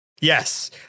yes